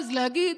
ואז להגיד: